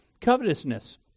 covetousness